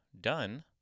done